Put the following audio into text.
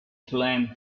flame